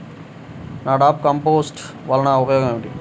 NADEP compost వలన ఉపయోగం ఏమిటి?